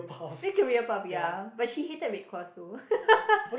career path ya but she hated red cross so